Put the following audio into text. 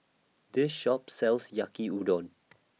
This Shop sells Yaki Udon